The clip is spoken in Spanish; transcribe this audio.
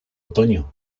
otoño